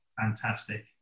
Fantastic